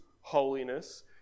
holiness